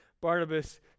Barnabas